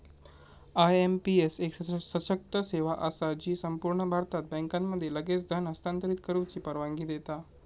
IMPS एक सशक्त सेवा असा जी संपूर्ण भारतात बँकांमध्ये लगेच धन हस्तांतरित करुची परवानगी देता